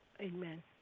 amen